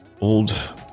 Old